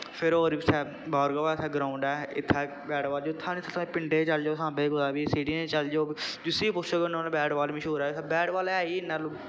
फिर होर बी इत्थै बाह्र ग्राउंड ऐ इत्थै बाल जित्थै निं उत्थै पिंडें च चली जाओ सांबे च कुतै बी सिटियें च चल जाओ जिसी बी पुच्छो गे उ'न्नै बाल मश्हूर ऐ इत्थै बाल ऐ ही इन्ना